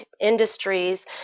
industries